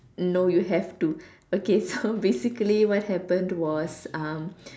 no you have to okay so basically what happened was um